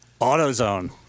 AutoZone